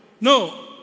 No